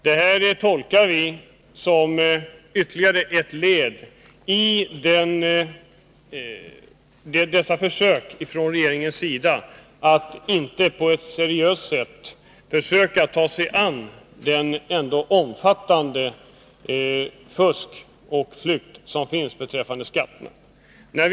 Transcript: Detta tolkar vi såsom ytterligare ett led i regeringens försök att inte på ett seriöst sätt ta sig an skatteflykten och skattefusket.